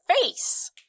face